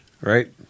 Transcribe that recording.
Right